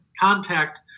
contact